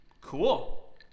cool